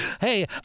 Hey